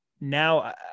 now